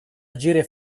agire